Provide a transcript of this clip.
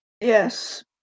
Yes